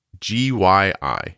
G-Y-I